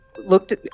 Looked